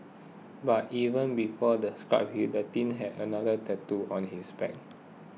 but even before the scabs healed the teen had another tattooed on his back